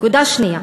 נקודה שנייה,